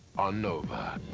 on nova,